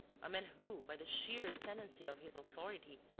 a man who, by the sheer ascendancy of his authority,